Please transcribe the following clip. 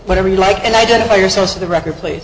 whatever you like and identify yourself for the record pl